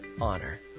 honor